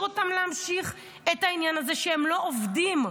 אותם להמשיך את העניין הזה שהם לא עובדים.